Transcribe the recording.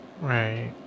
Right